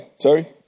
Sorry